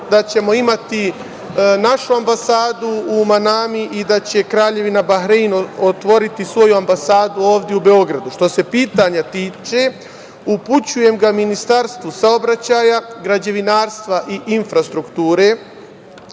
da ćemo imati našu ambasadu u Manami i da će Kraljevina Bahrein otvoriti svoju ambasadu ovde u Beogradu. Što se pitanja tiče, upućujem ga Ministarstvu saobraćaja, građevinarstva i infrastrukture